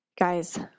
Guys